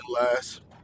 last